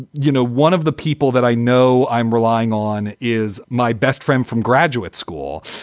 you know, one of the people that i know i'm relying on is my best friend from graduate school.